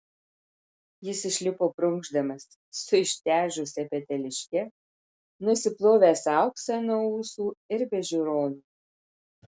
jis išlipo prunkšdamas su ištežusia peteliške nusiplovęs auksą nuo ūsų ir be žiūronų